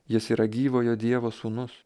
jis yra gyvojo dievo sūnus